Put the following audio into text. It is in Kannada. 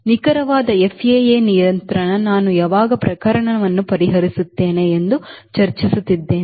ನಿಖರವಾದ FAA ನಿಯಂತ್ರಣ ನಾನು ಯಾವಾಗ ಪ್ರಕರಣವನ್ನು ಪರಿಹರಿಸುತ್ತೇನೆ ಎಂದು ಚರ್ಚಿಸುತ್ತಿದ್ದೇನೆ